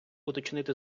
уточнити